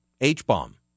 H-bomb